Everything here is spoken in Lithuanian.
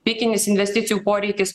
pikinis investicijų poreikis